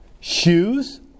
Shoes